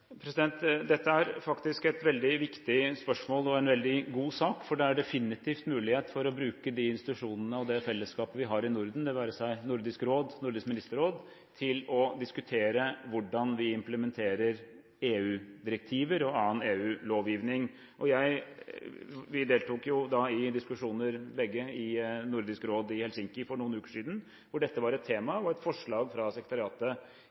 Dette er faktisk et veldig viktig spørsmål og en veldig god sak, for det er definitivt mulighet for å bruke de institusjonene og det fellesskapet vi har i Norden, det være seg Nordisk Råd eller Nordisk Ministerråd, til å diskutere hvordan vi implementerer EU-direktiver og annen EU-lovgivning. Vi deltok begge i diskusjoner i Nordisk Råd i Helsinki for noen uker siden hvor dette var et tema, og hvor det var et forslag fra sekretariatet